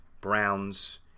Browns